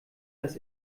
dass